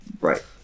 Right